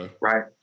right